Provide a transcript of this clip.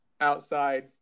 outside